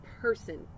person